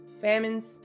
famines